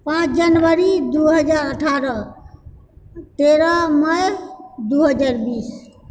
पाँच जनवरी दू हजार अठारह तेरह मइ दू हजार बीस